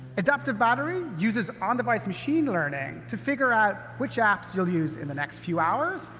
adaptive battery uses on-device machine learning to figure out which apps you'll use in the next few hours,